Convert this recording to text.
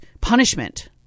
punishment